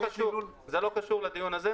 זה לא קשור לדיון הזה.